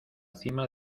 cima